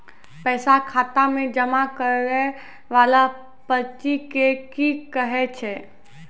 पैसा खाता मे जमा करैय वाला पर्ची के की कहेय छै?